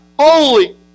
Holy